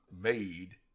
made